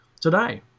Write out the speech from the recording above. today